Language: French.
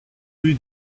rue